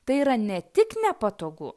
tai yra ne tik nepatogu